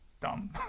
dumb